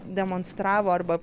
demonstravo arba